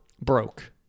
broke